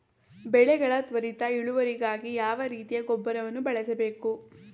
ಬೆಳೆಗಳ ತ್ವರಿತ ಇಳುವರಿಗಾಗಿ ಯಾವ ರೀತಿಯ ಗೊಬ್ಬರವನ್ನು ಬಳಸಬೇಕು?